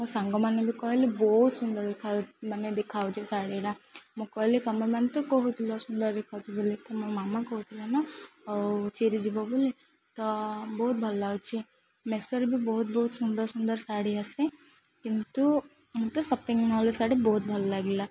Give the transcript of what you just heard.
ମୋ ସାଙ୍ଗମାନେ ବି କହିଲେ ବହୁତ ସୁନ୍ଦର ଦେଖା ମାନେ ଦେଖାଯାଉଛି ଶାଢ଼ୀଟା ମୁଁ କହିଲି ତମେମାନେ ତ କହୁଥିଲ ସୁନ୍ଦର ଦେଖାଯାଉଛି ବୋଲି ତ ମୋ ମାମା କହୁଥିଲା ନା ଆଉ ଚିରି ଯିବ ବୋଲି ତ ବହୁତ ଭଲ ଲାଗୁଛି ମେସୋରେ ବି ବହୁତ ବହୁତ ସୁନ୍ଦର ସୁନ୍ଦର ଶାଢ଼ୀ ଆସେ କିନ୍ତୁ ମୋତେ ସପିଙ୍ଗ୍ ମଲ୍ରେ ଶାଢ଼ୀ ବହୁତ ଭଲ ଲାଗିଲା